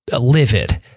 livid